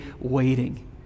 waiting